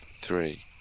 three